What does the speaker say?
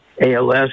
als